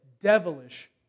devilish